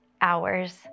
hours